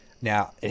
Now